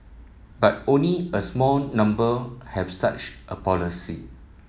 but only a small number have such a policy